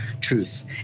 truth